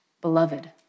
Beloved